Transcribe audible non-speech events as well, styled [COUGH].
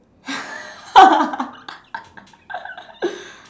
[LAUGHS]